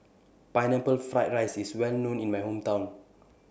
Pineapple Fried Rice IS Well known in My Hometown